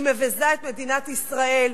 היא מבזה את מדינת ישראל.